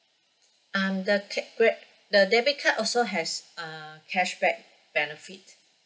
um the ca~ correct the debit card also has uh cashback benefit